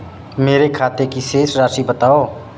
मेरे खाते की शेष राशि बताओ?